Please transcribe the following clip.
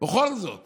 בכל זאת